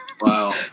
Wow